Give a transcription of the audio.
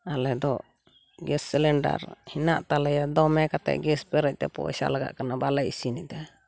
ᱟᱞᱮ ᱫᱚ gas cylinder ᱦᱮᱱᱟᱜ ᱛᱟᱞᱮᱭᱟ ᱫᱚᱢᱮ ᱠᱟᱛᱮᱫ ᱜᱮᱥ ᱯᱮᱨᱮᱡ ᱯᱚᱭᱥᱟ ᱞᱟᱜᱟᱜ ᱠᱟᱱᱟ ᱵᱟᱞᱮ ᱤᱥᱤᱱᱮᱫᱟ